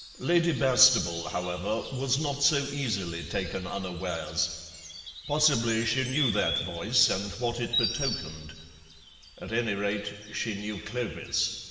lady bastable, however, was not so easily taken unawares possibly she knew that voice and what it betokened at any rate, she knew clovis.